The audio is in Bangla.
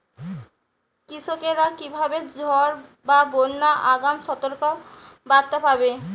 কৃষকেরা কীভাবে ঝড় বা বন্যার আগাম সতর্ক বার্তা পাবে?